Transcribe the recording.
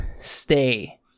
stay